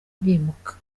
bimuka